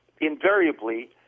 invariably